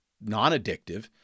non-addictive